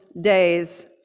days